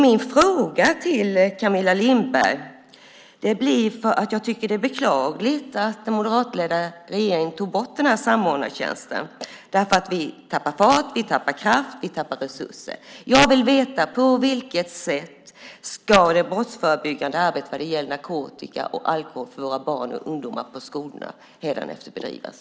Jag tycker att det är beklagligt att den moderatledda regeringen tog bort samordnartjänsten. Det innebär att vi tappar fart, vi tappar kraft, vi tappar resurser. Min fråga till Camilla Lindberg är därför på vilket sätt det brottsförebyggande arbetet vad gäller narkotika och alkohol bland våra barn och ungdomar på skolorna hädanefter ska bedrivas.